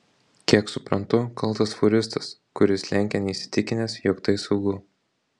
kiek suprantu kaltas fūristas kuris lenkė neįsitikinęs jog tai saugu